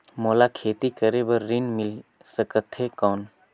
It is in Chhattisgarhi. मोला खेती करे बार ऋण मिल सकथे कौन?